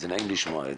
נעים לשמוע,